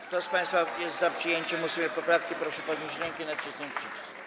Kto z państwa jest za przyjęciem 8. poprawki, proszę podnieść rękę i nacisnąć przycisk.